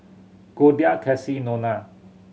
Goldia Kassie Nona